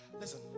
Listen